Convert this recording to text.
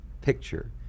picture